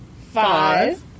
Five